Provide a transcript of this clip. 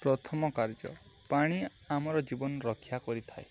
ପ୍ରଥମ କାର୍ଯ୍ୟ ପାଣି ଆମର ଜୀବନ ରକ୍ଷା କରିଥାଏ